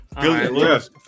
yes